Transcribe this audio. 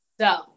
So-